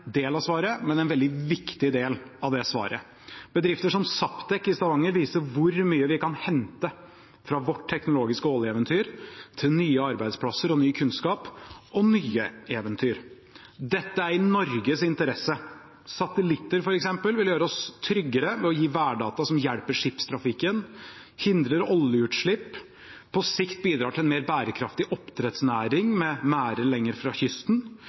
del av svaret, men en veldig viktig del av det svaret. Bedrifter som SAPTEC i Stavanger viser hvor mye vi kan hente fra vårt teknologiske oljeeventyr til nye arbeidsplasser og ny kunnskap – og nye eventyr. Dette er i Norges interesse. Satellitter, f.eks., vil gjøre oss tryggere ved å gi værdata som hjelper skipstrafikken, hindrer oljeutslipp, på sikt bidrar til en mer bærekraftig oppdrettsnæring, med merder lenger fra kysten,